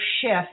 shift